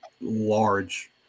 large